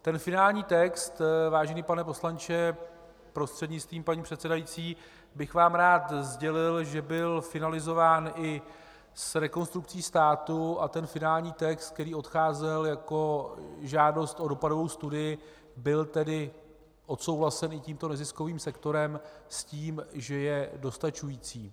Ten finální text, vážený pane poslanče prostřednictvím paní předsedající, bych vám rád sdělil, byl finalizován i s Rekonstrukcí státu, a ten finální text, který odcházel jako žádost o dopadovou studii, byl tedy odsouhlasený i tímto neziskovým sektorem s tím, že je dostačující.